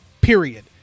period